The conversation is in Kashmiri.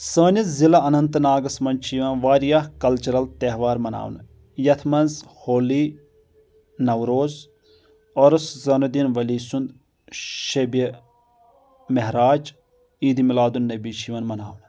سٲنِس ضعلہٕ اننتہٕ ناگس منٛز چھِ یِوان واریاہ کلچرل تہوار مناونہٕ یتھ منٛز ہولی نوروز عُرُس زٲنہٕ دین ؤلی سُنٛد شبِ معراج عید میلادُ نبی چھُ یِوان مناونہٕ